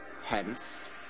Hence